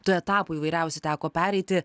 tų etapų įvairiausių teko pereiti